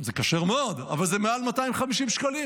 זה כשר מאוד, אבל זה מעל 250 שקלים.